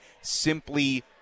simply